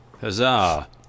Huzzah